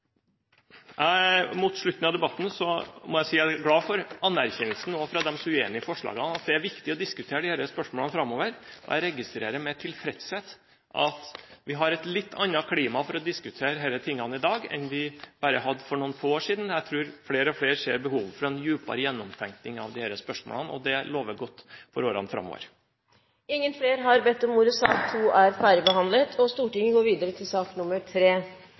Mot slutten av debatten må jeg si jeg er glad for anerkjennelsen også fra dem som er uenig i forslagene, at det er viktig å diskutere disse spørsmålene framover. Jeg registrerer med tilfredshet at vi har et litt annet klima for å diskutere disse tingene i dag enn vi hadde bare for noen år siden. Jeg tror flere og flere ser behovet for en dypere gjennomtekning av disse spørsmålene, og det lover godt for årene framover. Flere har ikke bedt om ordet i sak nr. 2. Etter ønske fra familie- og kulturkomiteen vil presidenten foreslå at taletiden begrenses til